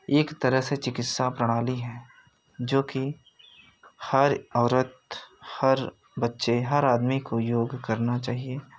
एक तरह से चिकित्सा प्रणाली है जो कि हर औरत हर बच्चे हर आदमी को योग करना चाहिए